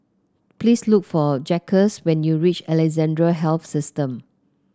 please look for Jacquez when you reach Alexandra Health System